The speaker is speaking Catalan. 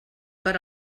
per